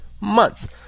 months